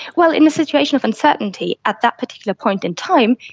well, in the situation of uncertainty at that particular point in time,